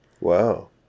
Wow